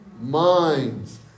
minds